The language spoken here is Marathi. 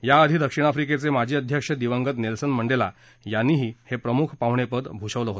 याआधी दक्षिण आफ्रीकेचे माजी अध्यक्ष दिवंगत नेल्सन मंडेला यांनीही हे प्रमुख पाहुणे पद भूषवलं होतं